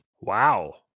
Wow